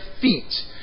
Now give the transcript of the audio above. feet